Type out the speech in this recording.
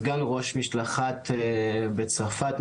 סגן ראש משלחת בצרפת,